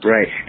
Right